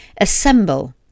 Assemble